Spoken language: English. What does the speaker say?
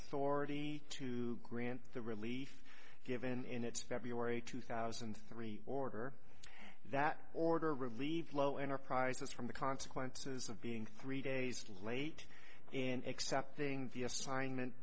authority to grant the relief given its february two thousand and three order that order relieved lowe enterprises from the consequences of being three days late and accepting the assignment